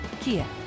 Kia